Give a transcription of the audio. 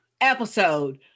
episode